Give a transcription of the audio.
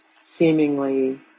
seemingly